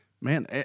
man